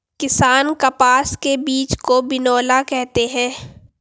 किसान कपास के बीज को बिनौला कहते है